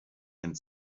and